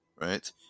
right